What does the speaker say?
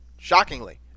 Shockingly